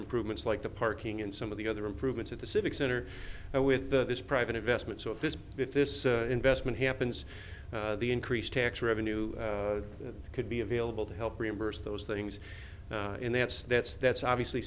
improvements like the parking and some of the other improvements at the civic center now with this private investment so if this if this investment happens the increased tax revenue could be available to help reimburse those things and that's that's that's obviously